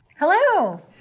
Hello